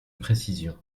précision